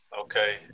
Okay